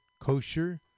Kosher